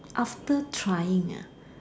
after trying ah